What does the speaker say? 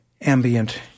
Ambient